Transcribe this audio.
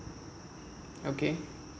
okay